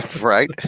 Right